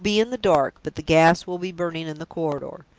you will be in the dark, but the gas will be burning in the corridor.